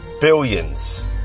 billions